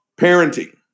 Parenting